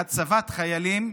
להצבת חיילים,